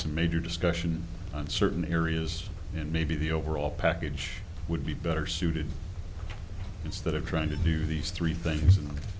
some major discussion on certain areas and maybe the overall package would be better suited instead of trying to do these three things